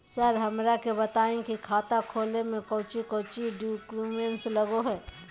Sir हमरा के बताएं खाता खोले में कोच्चि कोच्चि डॉक्यूमेंट लगो है?